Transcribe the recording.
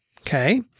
okay